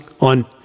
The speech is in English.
on